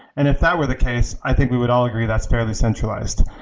and if that were the case, i think we would all agree that's fairly centralized.